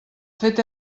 fet